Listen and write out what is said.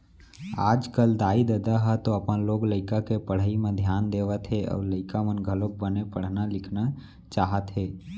आजकल दाई ददा ह तो अपन लोग लइका के पढ़ई म धियान देवत हे अउ लइका मन घलोक बने पढ़ना लिखना चाहत हे